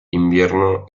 invierno